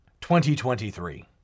2023